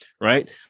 right